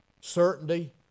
certainty